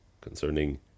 concerning